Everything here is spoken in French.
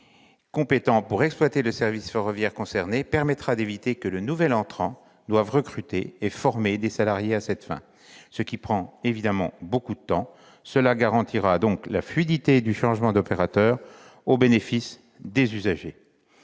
compétents pour exploiter le service ferroviaire concerné permettra d'éviter que le nouvel entrant doive recruter et former des salariés à cette fin, ce qui prend beaucoup de temps. Cela garantira la fluidité du changement d'opérateur, au bénéfice des usagers.